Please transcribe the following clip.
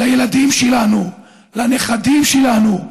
לילדים שלנו, לנכדים שלנו,